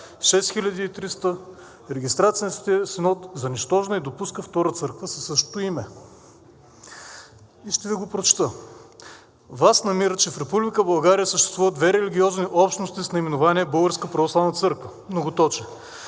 6300 регистрацията на Светия синод за нищожна и допуска втора църква със същото име. Ще Ви го прочета: „ВАС намира, че в Република България съществуват две религиозни общности с наименование Българска